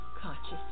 consciousness